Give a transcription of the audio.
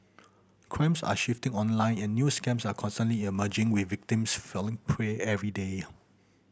crimes are shifting online and new scams are constantly emerging with victims falling prey every day